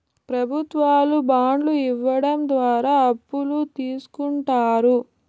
ప్రభుత్వాలు బాండ్లు ఇవ్వడం ద్వారా అప్పులు తీస్కుంటారు